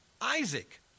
Isaac